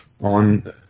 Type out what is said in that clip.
on